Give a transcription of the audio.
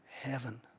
heaven